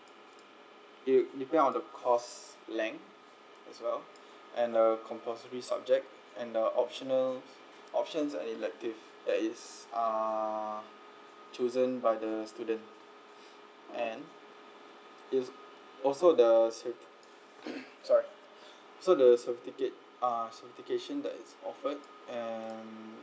it'll depend on the cost length as well and the compulsory subject and the optional options uh elective that is uh chosen by the student and it's also the same sorry so the certificate uh certification that is offered and